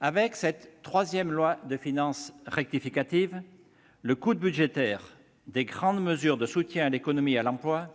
Avec ce troisième projet de loi de finances rectificative, le coût budgétaire des grandes mesures de soutien à l'économie et à l'emploi